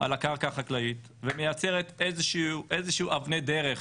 על הקרקע החקלאית ומייצרת אבני דרך